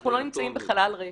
אנחנו לא נמצאים בחלל ריק.